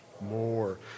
more